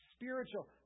Spiritual